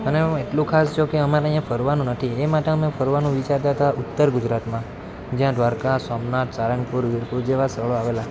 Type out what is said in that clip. અને હું એટલું ખાસ જો કે અમારે અહીંયા ફરવાનું નથી એ માટે અમે ફરવાનું વિચારતા હતા ઉત્તર ગુજરાતમાં જ્યાં દ્વારકા સોમનાથ સારંગપુર વિરપુર જેવાં સ્થળો આવેલા